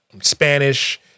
spanish